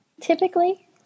typically